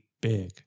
big